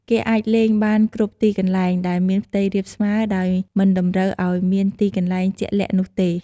គេអាចលេងបានគ្រប់ទីកន្លែងដែលមានផ្ទៃរាបស្មើ ដោយមិនតម្រូវឱ្យមានទីកន្លែងជាក់លាក់នោះទេ ។